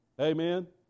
Amen